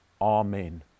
Amen